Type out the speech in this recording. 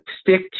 stick